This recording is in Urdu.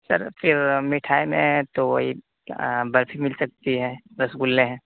سر پھر مٹھائی میں تو وہی برفی مل سکتی ہے رس گلے ہیں